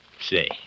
Say